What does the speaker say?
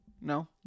No